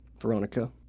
Veronica